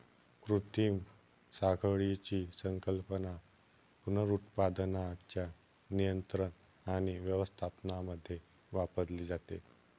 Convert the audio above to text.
कृत्रिम साखळीची संकल्पना पुनरुत्पादनाच्या नियंत्रण आणि व्यवस्थापनामध्ये वापरली जाते